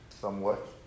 somewhat